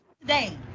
today